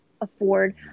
afford